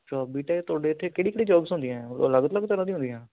ਅੱਛਾ ਬੀਟੈਕ ਤੁਹਾਡੇ ਇੱਥੇ ਕਿਹੜੀ ਕਿਹੜੀ ਜੋਬਸ ਹੁੰਦੀਆਂ ਅਲੱਗ ਅਲੱਗ ਤਰ੍ਹਾਂ ਦੀਆਂ ਹੁੰਦੀਆਂ